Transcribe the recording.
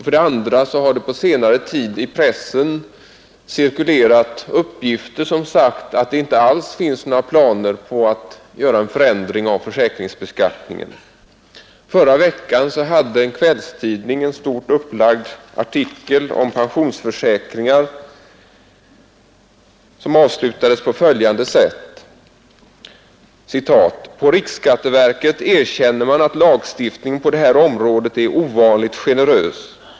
För det andra har det på senare tid i pressen cirkulerat uppgifter om att det inte alls finns några planer på att göra en förändring av försäkringsbeskattningen. Förra veckan hade en kvällstidning en stort upplagd artikel om pensionsförsäkringar som avslutades på följande sätt: ”På riksskatteverket erkänner man att lagstiftningen på det här området är ”ovanligt generös”.